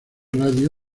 radio